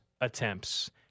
attempts